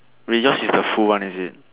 wait yours is the full one is it